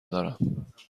دارم